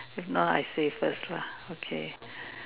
if not I save first lah okay